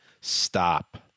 stop